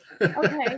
Okay